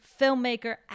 filmmaker